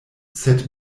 sed